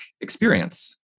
experience